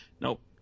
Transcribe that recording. Nope